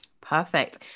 perfect